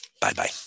Bye-bye